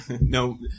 No